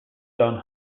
john